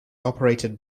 operated